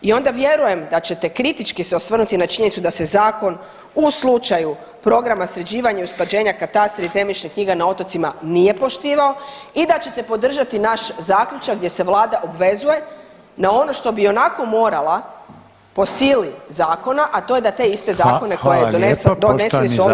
I onda vjerujem da ćete kritički se osvrnuti na činjenicu da se zakon u slučaju programa sređivanja i usklađenja katastra i zemljišne knjige na otocima nije poštivao i da ćete podržati naš zaključak gdje se vlada obvezuje na ono što bi i onako morala po sili zakona, a to je da te iste zakone koje su donesen ovdje da ih i poštuje.